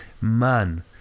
man